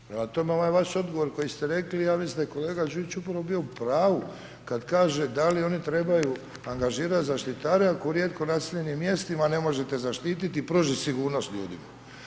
Prema tome, ovaj vaš odgovor koji ste rekli, ja mislim da je kolega Đujić upravo bio u pravu kad kaže da li oni trebaju angažirati zaštitare ako rijetko u naseljenim mjestima ne možete zaštititi i pružiti sigurnost ljudi?